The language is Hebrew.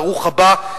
ברוך הבא,